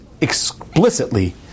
explicitly